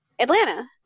Atlanta